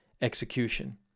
execution